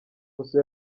fuso